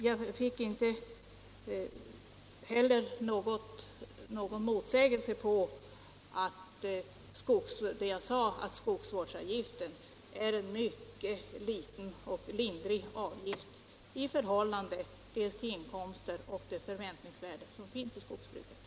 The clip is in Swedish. Jag blev inte heller motsagd när jag framhöll att skogsvårdsavgiften är en mycket liten och lindrig avgift i förhållande till de inkomster och de förväntningsvärden som finns i skogsbruket.